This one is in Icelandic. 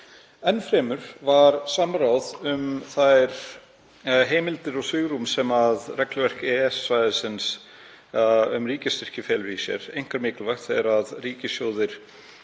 Enn fremur var samráð um þær heimildir og svigrúm sem regluverk EES-svæðisins um ríkisstyrki felur í sér einkar mikilvægt þegar ríkissjóðir